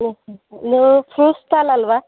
ಹ್ಞೂ ನೀವು fruit stall ಅಲ್ಲವಾ